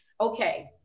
okay